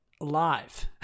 live